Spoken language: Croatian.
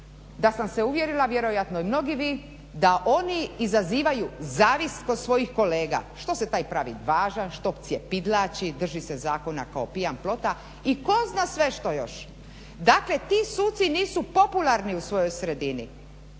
da sam se uvjerila, vjerojatno i mnogi vi da oni izazivaju zavist kod svojih kolega što se taj pravi važan, što cjepidlači, drži se zakona kao pijan plota i tko zna sve što još? Dakle ti suci nisu popularni u svojoj sredini,